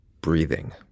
breathing